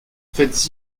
faites